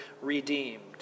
redeemed